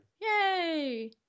yay